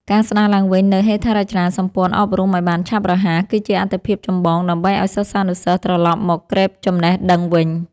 ការស្តារឡើងវិញនូវហេដ្ឋារចនាសម្ព័ន្ធអប់រំឱ្យបានឆាប់រហ័ស គឺជាអាទិភាពចម្បងដើម្បីឱ្យសិស្សានុសិស្សត្រឡប់មកក្រេបចំណេះដឹងវិញ។